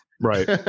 Right